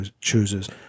chooses